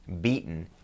beaten